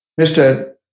Mr